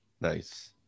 nice